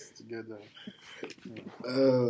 together